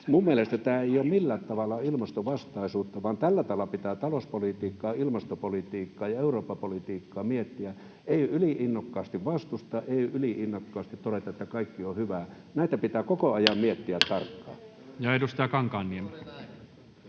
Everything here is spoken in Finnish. Minun mielestäni tämä ei ole millään tavalla ilmastovastaisuutta, vaan tällä tavalla pitää talouspolitiikkaa, ilmastopolitiikkaa ja Eurooppa-politiikkaa miettiä: ei yli-innokkaasti vastustaa, ei yli-innokkaasti todeta, että kaikki on hyvää. Näitä pitää koko ajan